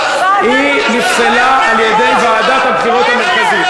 היא נפסלה על-ידי ועדת הבחירות המרכזית.